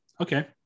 okay